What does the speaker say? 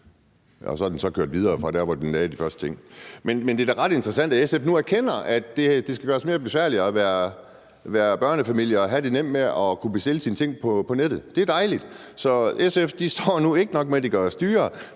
Så er den så kørt videre fra der, hvor den lagde de første ting. Men det er da ret interessant, at SF nu erkender, at det skal gøres mere besværligt at være børnefamilie og at kunne bestille sine ting på nettet. Det er dejligt. Det er ikke nok med, at det gøres dyrere;